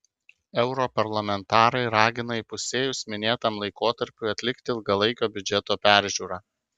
europarlamentarai ragina įpusėjus minėtam laikotarpiui atlikti ilgalaikio biudžeto peržiūrą